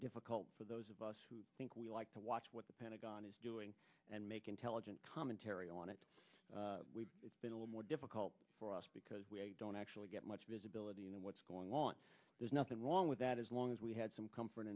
difficult for those of us who think we like to watch what the pentagon is doing and make intelligent commentary on it it's been a little more difficult for us because we don't actually get much visibility into what's going on there's nothing wrong with that as long as we had some comfort